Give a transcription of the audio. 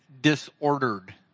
disordered